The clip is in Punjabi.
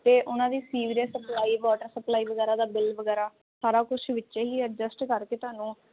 ਇਹ ਉਹਨਾਂ ਦੀ ਸੀਵਰੇਜ ਸਪਲਾਈ ਬਾਰਡਰ ਸਪਲਾਈ ਵਗੈਰਾ ਦਾ ਬਿੱਲ ਵਗੈਰਾ ਸਾਰਾ ਕੁਝ ਵਿੱਚ ਹੀ ਐਡਜਸਟ ਕਰਕੇ ਤੁਹਾਨੂੰ